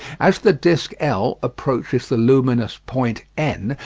as the disc l approaches the luminous point n,